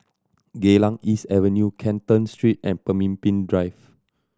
Geylang East Avenue Canton Street and Pemimpin Drive